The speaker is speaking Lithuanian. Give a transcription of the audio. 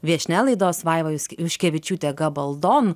viešnia laidos vaiva jusk juškevičiūte gabaldon